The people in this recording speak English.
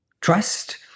trust